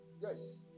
Yes